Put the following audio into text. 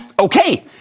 Okay